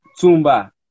Tumba